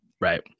right